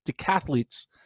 decathletes